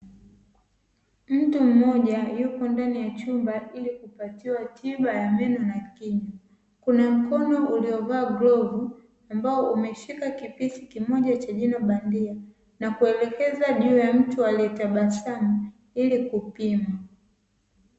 Mtu mmoja yupo ndani ya chumba ili kupatiwa tiba ya meno na kinywa, kuna mkono uliovaa glavu ambao umeshika kipisi kimoja cha jino bandia na kuelekeza juu ya mtu aliyetabasamu ili kupima.